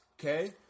okay